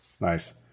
Nice